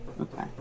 Okay